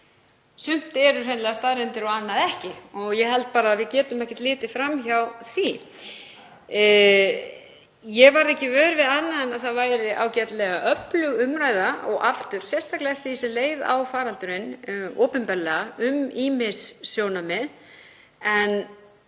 Sumt eru hreinlega staðreyndir og annað ekki. Ég held að við getum ekkert litið fram hjá því. Ég varð ekki vör við annað en að það væri ágætlega öflug umræða, og sérstaklega eftir því sem leið á faraldurinn, opinberlega um ýmis sjónarmið.